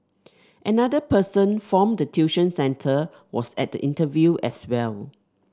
another person form the tuition centre was at the interview as well